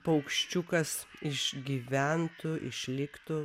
paukščiukas išgyventų išliktų